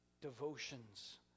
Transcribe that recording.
Devotions